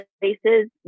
places